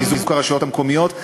ובחיזוק הרשויות המקומיות.